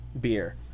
Beer